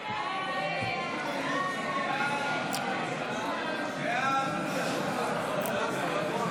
סעיף 27, כהצעת הוועדה,